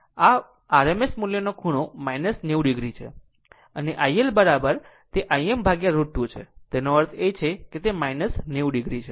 જો લખો આ RMS મૂલ્યનો ખૂણો 90 o છે અને iL તે im √ 2 છે તેનો અર્થ છે તે 90 o છે